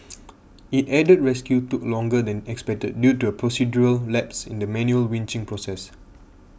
it added rescue took longer than expected due to a procedural lapse in the manual winching process